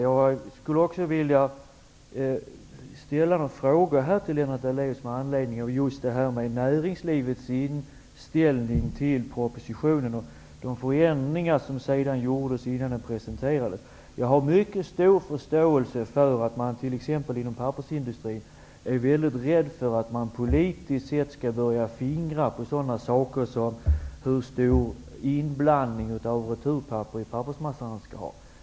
Jag skulle också vilja ställa en fråga till Lennart Daléus med anledning av näringslivets inställning till propositionen och de förändringar som gjordes innan den presenterades. Jag har mycket stor förståelse för att man t.ex. inom pappersindustrin är väldigt rädd för att politiker skall börja fingra på frågor som hur stor inblandning av returpapper i pappersmassa man skall ha.